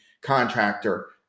contractor